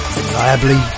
Reliably